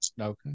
Okay